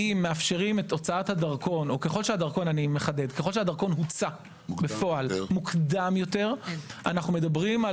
שככל שהדרכון הוצא בפועל מוקדם יותר אנו מדברים על